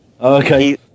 Okay